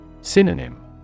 Synonym